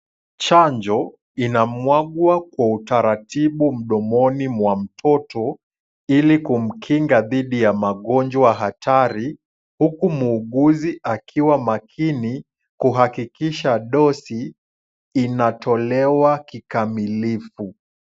Chanjo inamwagwa kwa utaratibu mdomoni mwa mtoto, ili kumkinga dhidi ya magonjwa hatari, huku muuguzi akiwa makini, kuhakikisha dose inatolewa kikamilifu.